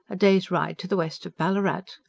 a day's ride to the west of ballarat.